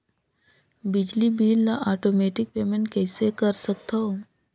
बिजली बिल ल automatic payment कइसे कर सकथव?